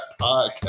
podcast